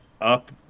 Up